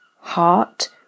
heart